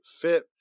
fit